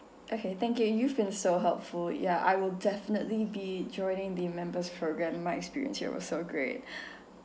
okay thank you you've been so helpful ya I will definitely be joining the members' programme in my experience ya it was so great